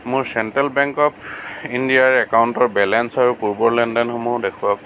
মোৰ central bank of ইণ্ডিয়াৰ একাউণ্টৰ বেলেঞ্চ আৰু পূৰ্বৰ লেনদেনসমূহ দেখুৱাওক